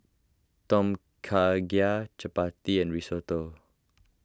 Tom Kha Gai Chapati and Risotto